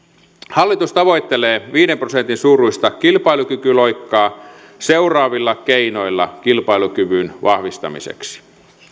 hallitus tavoittelee viiden prosentin suuruista kilpailukykyloikkaa seuraavilla keinoilla kilpailukyvyn vahvistamiseksi